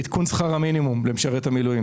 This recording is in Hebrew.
עדכון שכר המינימום למשרת המילואים.